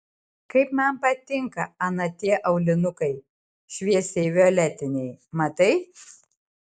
kaip man patinka ana tie aulinukai šviesiai violetiniai matai